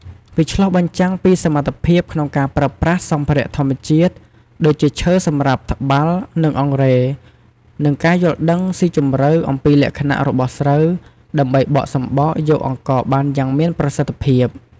វាឆ្លុះបញ្ចាំងពីសមត្ថភាពក្នុងការប្រើប្រាស់សម្ភារៈធម្មជាតិ ដូចជាឈើសម្រាប់ត្បាល់ និងអង្រែ និងការយល់ដឹងស៊ីជម្រៅអំពីលក្ខណៈរបស់ស្រូវ ដើម្បីបកសម្បកយកអង្ករបានយ៉ាងមានប្រសិទ្ធភាព។